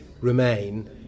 remain